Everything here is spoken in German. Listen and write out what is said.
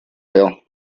her